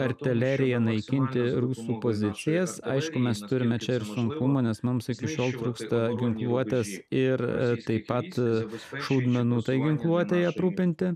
artilerija naikinti rusų pozicijas aišku mes turime čia ir sunkumų nes mums iki šiol trūksta ginkluotės ir taip pat bus šaudmenų tai ginkluotei aprūpinti